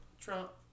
Trump